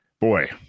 boy